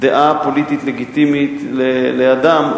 דעה פוליטית לגיטימית לאדם,